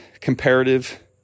comparative